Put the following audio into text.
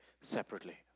separately